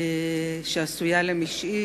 שעשויה למשעי